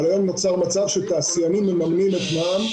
אבל היום נוצר מצב שתעשיינים מממנים את מע"מ.